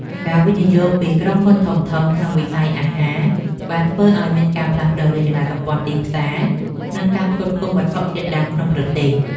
ការវិនិយោគពីក្រុមហ៊ុនធំៗក្នុងវិស័យអាហារបានធ្វើឲ្យមានការផ្លាស់ប្តូររចនាសម្ព័ន្ធទីផ្សារ និងការផ្គត់ផ្គង់វត្ថុធាតុដើមក្នុងប្រទេស។